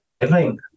living